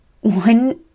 one